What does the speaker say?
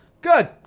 good